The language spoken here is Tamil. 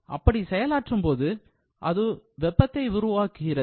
அப்படி செயலாற்றும் போது அது வெப்பத்தை உருவாக்குகிறது